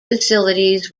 facilities